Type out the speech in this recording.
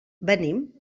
venim